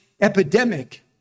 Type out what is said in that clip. epidemic